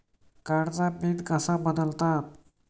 कार्डचा पिन कसा बदलतात?